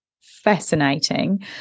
fascinating